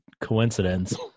coincidence